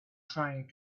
trying